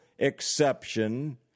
exception